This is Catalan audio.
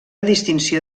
distinció